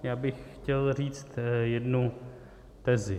Já bych chtěl říct jednu tezi.